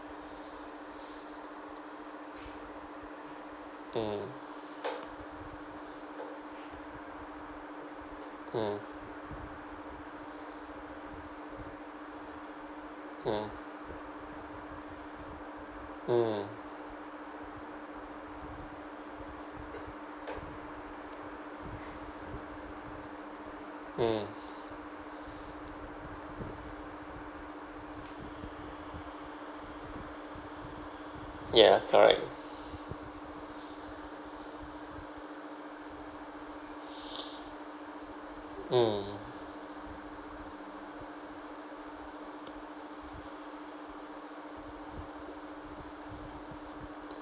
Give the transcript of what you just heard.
mm mm mm mm mm ya correct mm